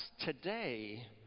today